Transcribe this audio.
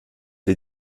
les